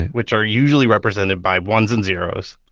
which are usually represented by ones and zeros.